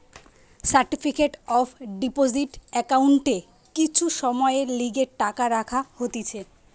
certificate of deposit একাউন্টে কিছু সময়ের লিগে টাকা রাখা হতিছে